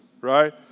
right